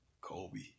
Kobe